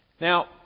Now